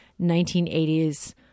1980s